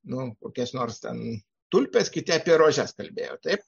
nu kokias nors ten tulpes kiti apie rožes kalbėjo taip